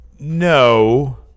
No